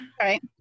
right